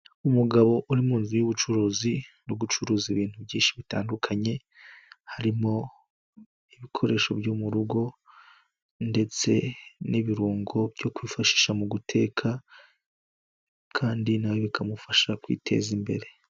Umugabo uri mu nzu y'ubucuruzi no gucuruza ibintu byinshi bitandukanye harimo ibikoresho byo mu rugo ndetse n'ibirungo byo kwifashisha mu guteka kandi na we bikamufasha kwiteza imbere.